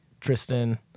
Tristan